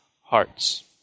hearts